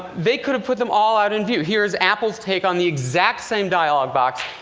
they could have put them all out in view. here's apple's take on the exact same dialogue box.